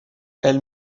elle